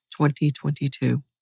2022